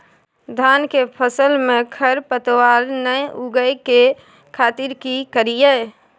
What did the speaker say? धान के फसल में खरपतवार नय उगय के खातिर की करियै?